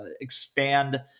expand